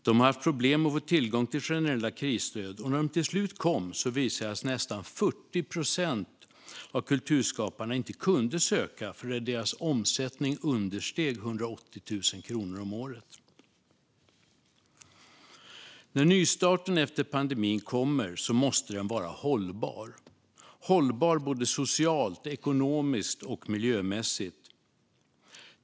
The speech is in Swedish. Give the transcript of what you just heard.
De har haft problem att få tillgång till generella krisstöd, och när dessa till slut kom visade det sig att nästan 40 procent av kulturskaparna inte kunde söka då deras omsättning understeg 180 000 kronor om året. När nystarten efter pandemin kommer måste den vara hållbar, både socialt, ekonomiskt och miljömässigt.